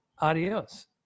adios